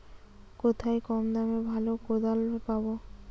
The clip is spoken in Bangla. কোথায় কম দামে ভালো কোদাল পাব?